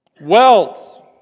wealth